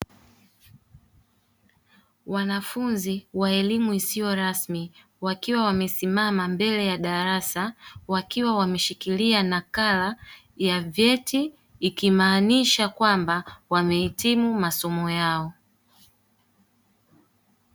Wanafunzi wa elimu isiyo rasmi wakiwa wamesimama mbele ya darasa, wakiwa wameshikilia nakala ya vyeti ikimaanisha kwamba wamehitimu masomo yao.